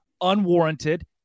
unwarranted